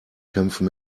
kämpfen